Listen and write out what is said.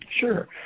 Sure